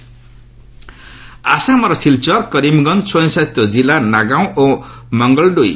Assam polling ଆସାମର ସିଲଚର କରିମଗଞ୍ଜ ସ୍ୱୟଂଶାସିତ ଜିଲ୍ଲା ନାଗାଓଁ ଓ ମଙ୍ଗେଲଡୋଇ